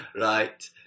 Right